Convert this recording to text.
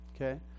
okay